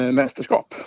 mästerskap